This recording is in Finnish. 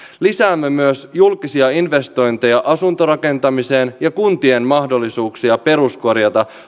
lisäämme myös julkisia investointeja asuntorakentamiseen ja kuntien mahdollisuuksia peruskorjata